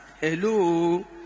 Hello